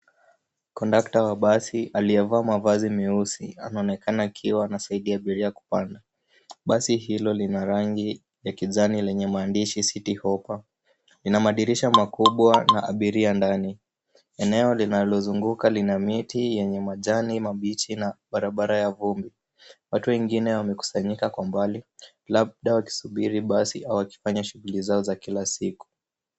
Kondukta wa basi aliyevaa mavazi mieusi anaonekana akiwa anasaidia abiria kupanda. Basi hilo lina rangi ya kijani lenye maandishi City Hoppa. Lina madirisha makubwa na abiria ndani. Eneo linalozunguka lina miti yenye majani mabichi na barabara ya vumbi. Watu wengine wamekusanyika kwa mbali labda wakisubiri basi au wakifanya shughuli zao za kila siku.